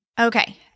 Okay